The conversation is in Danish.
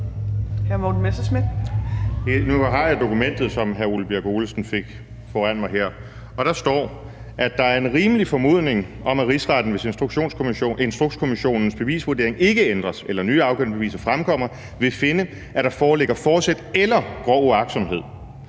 Nu har jeg dokumentet, som hr. Ole Birk Olesen fik, foran mig her, og der står: »at der er en rimelig formodning om, at Rigsretten, hvis Instrukskommissionens bevisvurderinger ikke ændres, eller nye afgørende beviser fremkommer, vil finde, at der foreligger fortsæt eller grov uagtsomhed